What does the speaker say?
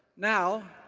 now,